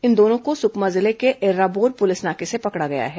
इन दोनों को सुकमा जिले के एर्राबोर पुलिस नाके से पकड़ा गया है